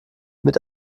mit